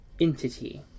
entity